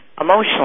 emotionally